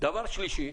דבר שלישי,